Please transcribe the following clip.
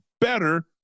better